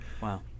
Wow